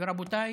ורבותיי,